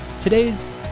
today's